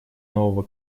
нового